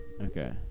okay